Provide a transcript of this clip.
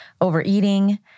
overeating